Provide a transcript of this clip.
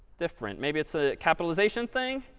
different. maybe it's a capitalization thing?